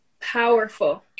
Powerful